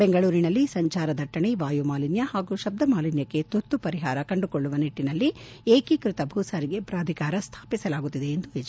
ಬೆಂಗಳೂರಿನಲ್ಲಿ ಸಂಚಾರ ದಟ್ಟಣೆ ವಾಯುಮಾಲಿನ್ನ ಹಾಗೂ ಶಬ್ದಮಾಲಿನ್ನಕ್ಕೆ ತುರ್ತು ಪರಿಹಾರ ಕಂಡುಕೊಳ್ಳುವ ನಿಟ್ಟನಲ್ಲಿ ಏಕೀಕೃತ ಭೂಸಾರಿಗೆ ಪ್ರಾಧಿಕಾರ ಸ್ಥಾಪಿಸಲಾಗುತ್ತಿದೆ ಎಂದು ಎಚ್